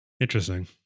Interesting